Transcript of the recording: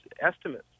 estimates